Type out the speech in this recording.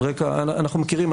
אנחנו מכירים,